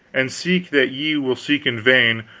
and seek that ye will seek in vain,